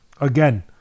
Again